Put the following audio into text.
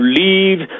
leave